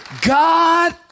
God